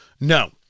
no